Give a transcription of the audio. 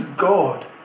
God